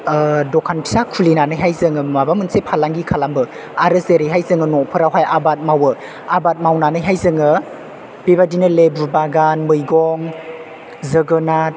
दखान फिसा खुलिनानैहाय जों माबा मोनसे फालांगि खालामो आरो जेरैहाय जों न'फोरावहाय जों आबाद मावो आबाद मावनानैहाय जों बेबायदिनो लेबु बागान मैगं जोगोनार